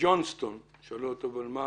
הפעם לג'ונסטון.